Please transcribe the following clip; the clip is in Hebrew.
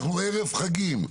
אנחנו ערב חגים.